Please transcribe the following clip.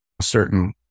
certain